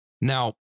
Now